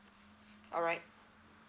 alright